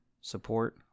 support